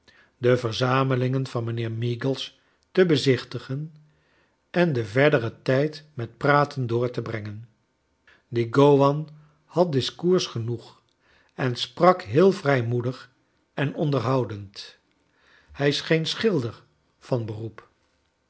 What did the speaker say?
de verzamelingen van mijnheer meagles te bezichtigen en den verderen tijd met praten door te brengen die g owan had discours genoeg en sprak heel vrijmoedig en onderhoudend hij scheen schilder van beroep